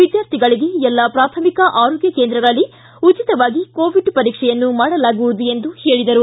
ವಿದ್ಯಾರ್ಥಿಗಳಿಗೆ ಎಲ್ಲಾ ಪ್ರಾಥಮಿಕ ಆರೋಗ್ಯ ಕೇಂದ್ರಗಳಲ್ಲಿ ಉಚಿತವಾಗಿ ಕೋವಿಡ್ ಪರೀಕ್ಷೆಯನ್ನು ಮಾಡಲಾಗುವುದು ಎಂದು ತಿಳಿಸಿದರು